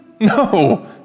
No